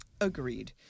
Agreed